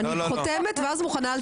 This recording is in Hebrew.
אני חותמת ואז מוכנה.